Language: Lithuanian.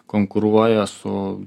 konkuruoja su